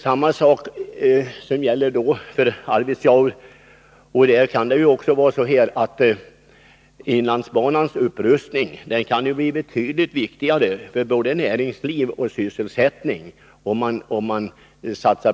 Samma sak gäller Arvidsjaur. Om man i stället satsar pengar på inlandsbanans upprustning, kan den bli betydligt viktigare för både näringsliv och sysselsättning.